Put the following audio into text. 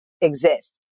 exist